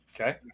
Okay